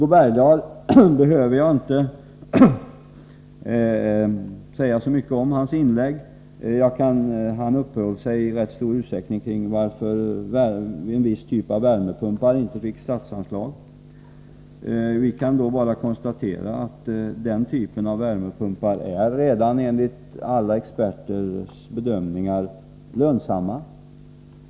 Jag behöver inte speciellt kommentera Hugo Bergdahls inlägg. Han uppehöll sig i rätt stor utsträckning vid frågan varför det inte gavs statsanslag till en viss typ av värmepumpar. Låg mig bara konstatera att den typen av värmepumpar enligt alla experters bedömning redan är lönsamma.